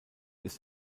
ist